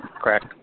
Correct